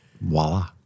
Voila